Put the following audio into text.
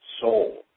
soul